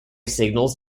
signals